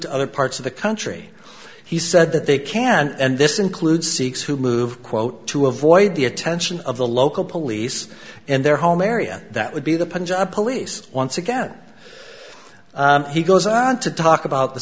to other parts of the country he said that they can and this includes sikhs who move quote to avoid the attention of the local police and their home area that would be the punjab police once again he goes on to talk about the